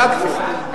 בדקתי.